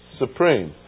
supreme